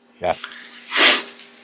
yes